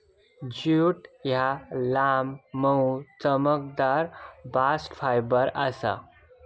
jute ह्या लांब, मऊ, चमकदार बास्ट फायबर आसा